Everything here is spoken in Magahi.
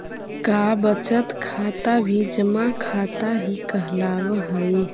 का बचत खाता भी जमा खाता ही कहलावऽ हइ?